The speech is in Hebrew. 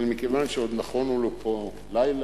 אבל מכיוון שעוד נכונו לנו פה לילה